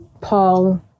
Paul